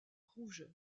rouge